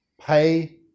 pay